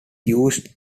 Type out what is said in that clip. used